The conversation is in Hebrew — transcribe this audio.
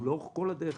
לאורך כל הדרך